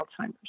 Alzheimer's